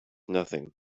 nothing